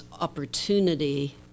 opportunity